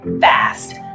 fast